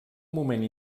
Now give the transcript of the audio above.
moment